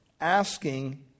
asking